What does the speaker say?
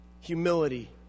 humility